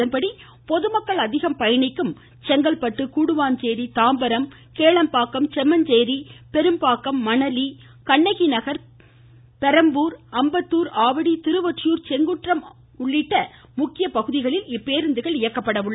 இதன்படி பொதுமக்கள் அதிகம் பயணிக்கும் செங்கல்பட்டு கூடுவாஞ்சேரி தாம்பரம் கேளம்பாக்கம் செம்மஞ்சேரி பெரும்பாக்கம் மணலி கண்ணகிநகர் பெரம்பலூர் அம்பத்தூர் ஆவடி திருவொற்றியூர் செங்குன்றம் உள்ளிட்ட முக்கிய பகுதிகளில் இப்பேருந்துகள் இயக்கப்பட உள்ளன